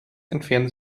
entfernen